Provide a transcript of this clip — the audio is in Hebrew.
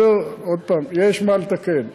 עוד פעם, יש מה לתקן.